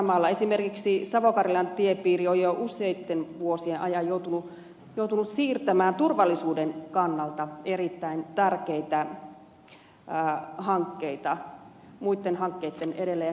esimerkiksi savo karjalan tiepiiri on jo useitten vuosien ajan joutunut siirtämään turvallisuuden kannalta erittäin tärkeitä hankkeita muitten hankkeitten edelle